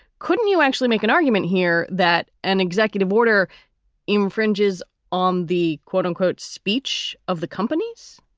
couldn't you actually make an argument here that an executive order infringes on the, quote, unquote, speech of the companies?